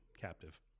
captive